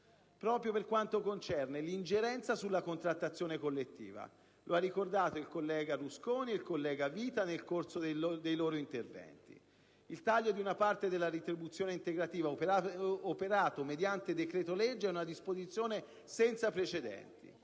proprio per quanto concerne l'ingerenza sulla contrattazione collettiva; lo hanno ricordato i colleghi Rusconi e Vita nel corso dei loro interventi. Il taglio di una parte della retribuzione integrativa operato mediante decreto-legge è una disposizione senza precedenti.